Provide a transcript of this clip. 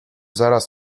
zaraz